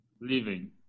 living